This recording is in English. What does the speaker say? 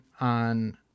on